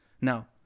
Now